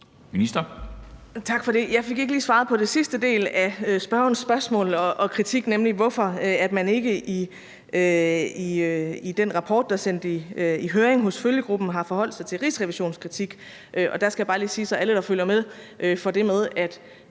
Jeg fik ikke lige svaret på den sidste del af spørgerens spørgsmål og kritik, nemlig hvorfor man ikke i den rapport, der er sendt i høring hos følgegruppen, har forholdt sig til Rigsrevisionens kritik. Og der skal jeg bare lige sige, så alle, der følger med, får det med, at